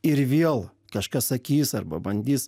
ir vėl kažkas sakys arba bandys